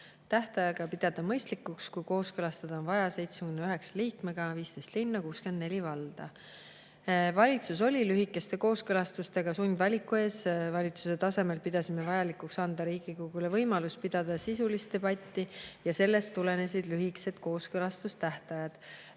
tähtaega pidada mõistlikuks, kui kooskõlastada on vaja 79 liikmega – 15 linna ja 64 valda?" Valitsus oli lühikeste kooskõlastustega sundvaliku ees. Valitsuse tasemel pidasime vajalikuks anda Riigikogule võimalus pidada sisulist debatti ja sellest tulenesid lühikesed kooskõlastustähtajad.